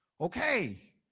Okay